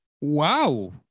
Wow